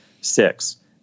six